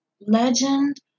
legend